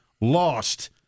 lost